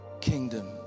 kingdom